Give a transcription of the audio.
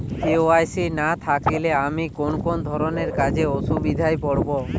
KYC না থাকলে আমি কোন কোন ধরনের কাজে অসুবিধায় পড়ব?